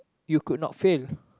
you could not fail